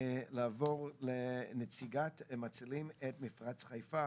לעבור לנציגת מצילים את מפרץ חיפה,